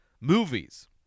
movies